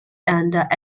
and